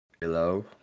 hello